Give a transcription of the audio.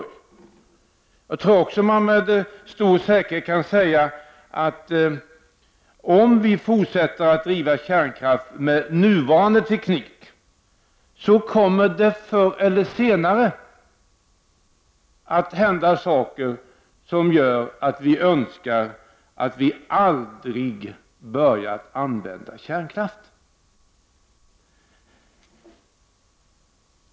Man kan nog också med stor säkerhet säga att om vi fortsätter att driva kärnkraften med nuvarande teknik, kommer det förr eller senare att hända någonting som gör att vi önskar att vi aldrig börjat använda kärnkraft.